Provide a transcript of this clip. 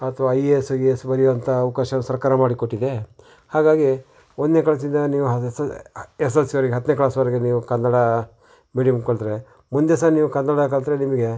a I A S ಗಿಎಸ್ ಬರಿಯೋಂಥ ಅವ್ಕಾಶಾನ ಸರ್ಕಾರ ಮಾಡಿಕೊಟ್ಟಿದೆ ಹಾಗಾಗಿ ಒಂದನೇ ಕ್ಲಾಸಿಂದ ನೀವು ಎಸ್ ಎಲ್ ಸಿವರೆಗ್ ಹತ್ತನೇ ಕ್ಲಾಸ್ವರೆಗ್ ನೀವು ಕನ್ನಡ ಮೀಡಿಯಂ ಕಲ್ತರೆ ಮುಂದೆ ಸಹ ನೀವು ಕನ್ನಡ ಕಲ್ತರೆ ನಿಮಗೆ